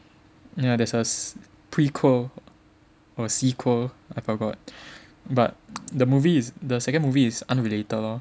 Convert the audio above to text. ya there's a prequel or sequel I forgot but the movie the second movie is unrelated lor